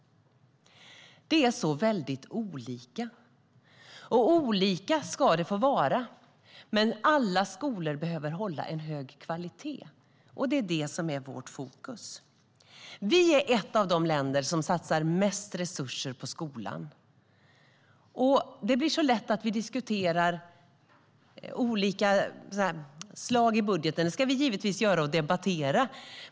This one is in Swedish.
Det är väldigt olika, och olika ska det få vara. Men alla skolor behöver hålla en hög kvalitet. Det är vårt fokus. Sverige är ett av de länder som satsar mest resurser på skolan. Det blir så lätt att vi diskuterar olika anslag i budgeten. Det ska vi givetvis debattera.